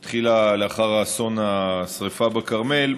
היא התחילה לאחר אסון השרפה בכרמל,